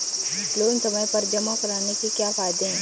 Loan समय पर जमा कराने के क्या फायदे हैं?